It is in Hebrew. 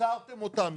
הפקרתם אותנו.